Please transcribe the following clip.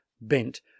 bent